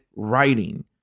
writing